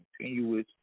continuous